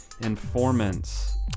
Informants